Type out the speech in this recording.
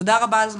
תודה רבה על זמנך,